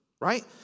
Right